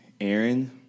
Aaron